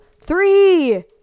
Three